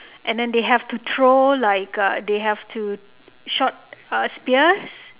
and then they have to throw like uh they have to shoot uh spears